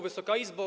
Wysoka Izbo!